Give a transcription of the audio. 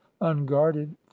unguarded